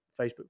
Facebook